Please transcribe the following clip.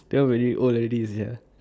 tell already old already sia